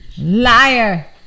Liar